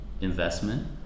investment